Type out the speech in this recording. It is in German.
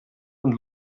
und